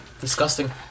disgusting